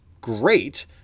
great